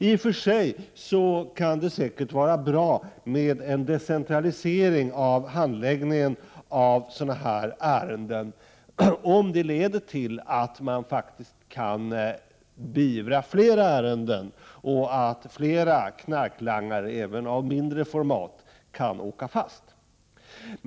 I och för sig kan det säkert vara bra med en decentralisering av handläggningen av sådana här ärenden, om det leder till att man faktiskt kan beivra flera ärenden och att flera knarklangare, även av mindre format, kan åka fast.